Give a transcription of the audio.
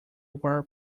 were